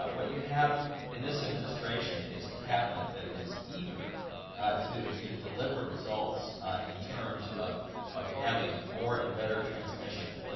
but what you have in this administration is a cabinet that is eager to to deliver results in terms of of having more and better transmission.